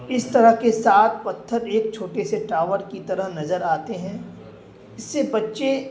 اس طرح کے سات پتھر ایک چھوٹے سے ٹاور کی طرح نظر آتے ہیں اس سے بچے